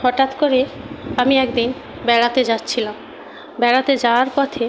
হঠাৎ করে আমি এক দিন বেড়াতে যাচ্ছিলাম বেড়াতে যাওয়ার পথে